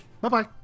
Bye-bye